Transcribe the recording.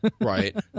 right